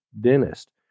dentist